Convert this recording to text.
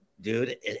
dude